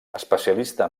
especialista